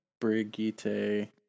Brigitte